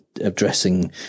addressing